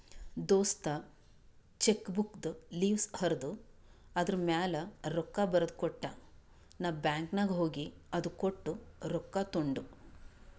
ದೋಸ್ತ ಚೆಕ್ಬುಕ್ದು ಲಿವಸ್ ಹರ್ದು ಅದೂರ್ಮ್ಯಾಲ ರೊಕ್ಕಾ ಬರ್ದಕೊಟ್ಟ ನಾ ಬ್ಯಾಂಕ್ ನಾಗ್ ಹೋಗಿ ಅದು ಕೊಟ್ಟು ರೊಕ್ಕಾ ತೊಂಡು